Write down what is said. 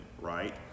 right